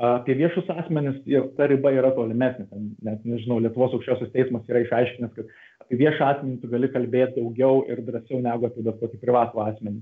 apie viešus asmenis jau ta riba yra tolimesnė ten net nežinau lietuvos aukščiausias teismas yra išaiškinęs kad apie viešą asmenį tu gali kalbėt daugiau ir drąsiau negu apie bet kokį privatų asmenį